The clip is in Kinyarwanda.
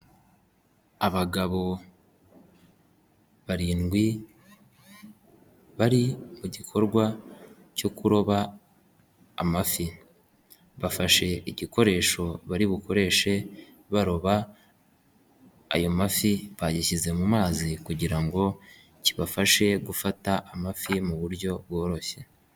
Abagabo barindwi bari mu gikorwa cyo kuroba amafi, bafashe igikoresho bari bukoreshe baroba ayo mafi, bagishyize mu mazi kugira ngo kibafashe gufata amafi mu buryo bworoshye.